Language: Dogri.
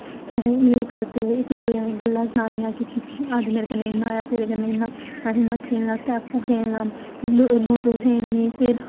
हां ग्रांउड च खेलन गे मतलब उद्रधर खेलेआ उद्धर बडा़ मजा आया खेलने वाकी